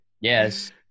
Yes